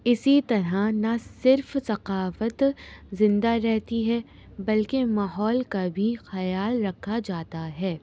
اسی طرح نہ صرف ثقافت زندہ رہتی ہے بلکہ ماحول کا بھی خیال رکھا جاتا ہے